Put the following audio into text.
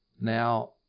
Now